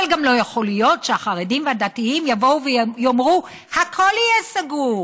אבל גם לא יכול להיות שהחרדים והדתיים יבואו ויאמרו: הכול יהיה סגור,